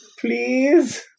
please